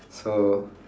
so